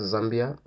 Zambia